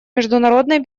международной